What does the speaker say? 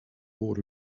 board